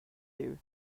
you